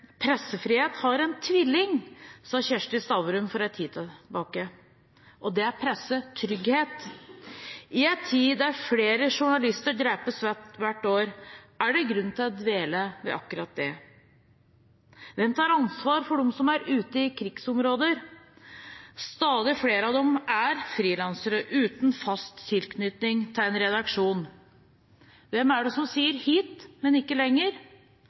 Pressefrihet har en tvilling, og det er pressetrygghet, sa Kjersti Stavrum for en tid tilbake. I en tid der flere journalister drepes hvert år, er det grunn til å dvele ved akkurat det. Hvem tar ansvar for dem som er ute i krigsområder? Stadig flere av dem er frilansere uten fast tilknytning til en redaksjon. Hvem er det som sier hit, men ikke lenger?